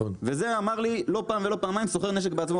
ואת זה אמר לי לא פעם ולא פעמיים סוחר נשק בעצמו,